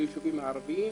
בישובים הערביים,